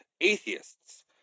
atheists